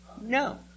No